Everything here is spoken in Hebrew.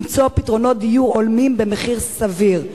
למצוא פתרונות דיור הולמים במחיר סביר".